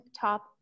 top